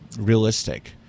realistic